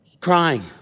crying